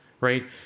right